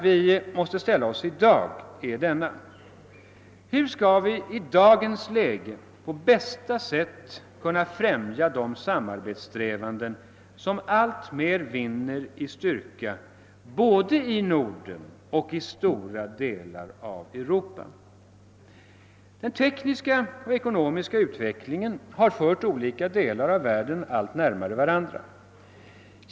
Vi måste nu fråga oss: Hur skall vi i dagens läge på bästa sätt kunna främja de samarbetssträvanden som alltmer vinner i styrka både inom Norden och i stora delar av det övriga Europa? Den tekniska och ekonomiska utvecklingen har fört olika delar av världen allt närmare varandra.